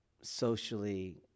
socially